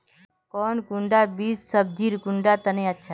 कौन कुंडा बीस सब्जिर कुंडा तने अच्छा?